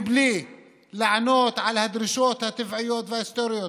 בלי לענות על הדרישות הטבעיות וההיסטוריות